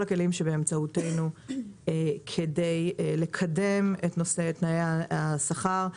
הכלים שבאמצעותנו כדי לקדם את נושא תנאי השכר,